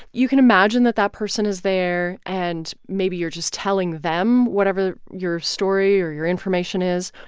you can imagine that that person is there. and maybe you're just telling them whatever your story or your information is.